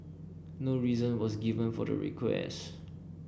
no reason was given for the request